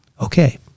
Okay